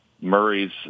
Murray's